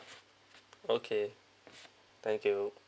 okay thank you